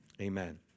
amen